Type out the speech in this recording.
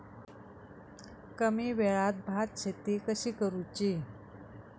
कमी वेळात भात शेती कशी करुची?